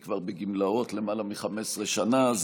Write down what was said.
היא בגמלאות למעלה מ-15 שנה,